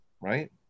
right